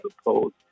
opposed